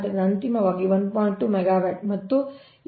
2 megawatt ಇದು ಈ 1